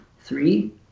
three